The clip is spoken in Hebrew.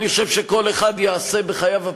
מה אתה מציע?